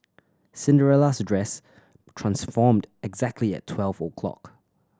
Cinderella's dress transformed exactly at twelve o' clock